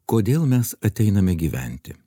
kodėl mes ateiname gyventi